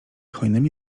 hojnymi